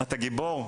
אתה גיבור,